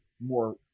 more